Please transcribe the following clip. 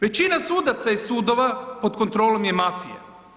Većina sudaca iz sudova pod kontrolom je mafije.